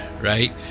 Right